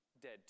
dead